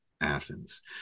Athens